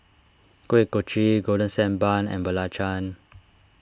Kuih Kochi Golden Sand Bun and Belacan